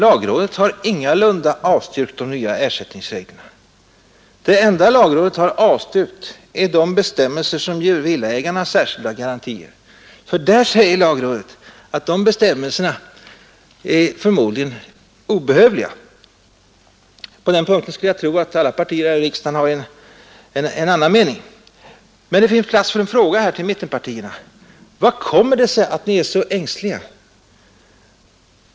Lagrådet har ingalunda avstyrkt de nya ersättningsreglerna. Det enda lagrådet har avstyrkt är de bestämmelser som ger villaägarna särskilda garantier. Lagrådet anser att dessa bestämmelser förmodligen är obehövliga — på den punkten skulle jag tro att alla partier här i riksdagen har en annan mening. Men det finns plats för en fråga här till mittenpartierna: Varför är ni så ängsliga?